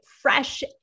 fresh